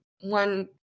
one